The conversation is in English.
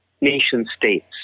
nation-states